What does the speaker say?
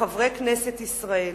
לחברי כנסת ישראל,